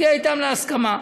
ומגיע אתם להסכמה.